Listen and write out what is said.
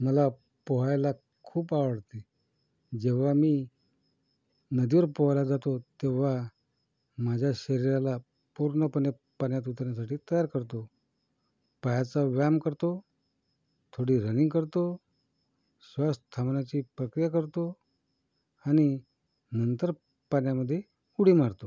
मला पोहायला खूप आवडते जेव्हा मी नदीवर पोहायला जातो तेव्हा माझ्या शरीराला पूर्णपणे पाण्यात उतरण्यासाठी तयार करतो पायाचा व्यायाम करतो थोडी रनिंग करतो श्वास थांबण्याची प्रक्रिया करतो आणि नंतर पाण्यामध्ये उडी मारतो